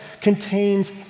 contains